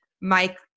Mike